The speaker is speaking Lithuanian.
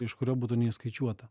iš kurio būtų neišskaičiuota